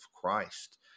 Christ